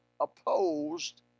opposed